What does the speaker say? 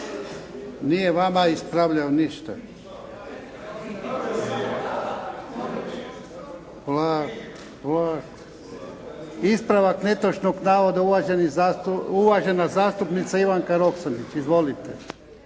Nije vama ispravljao ništa. Polako. Polako. Ispravak netočnog navoda uvažena zastupnica Ivanka Roksandić. Izvolite.